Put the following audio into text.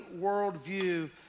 worldview